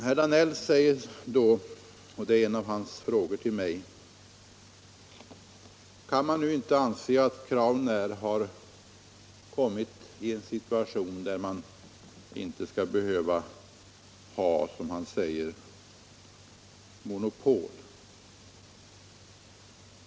Herr Danell undrade då — det var en av hans frågor till mig — om man inte kan anse att man nu har kommit i en situation där Crownair inte skall behöva ha, som han säger, monopol.